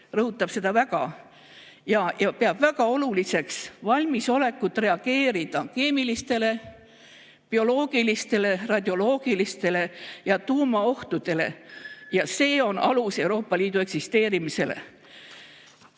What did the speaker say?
rõhutab seda väga ja peab hästi oluliseks valmisolekut reageerida keemilistele, bioloogilistele, radioloogilistele ja tuumaohtudele. See on alus Euroopa Liidu eksisteerimisele.